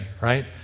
right